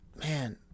Man